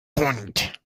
hund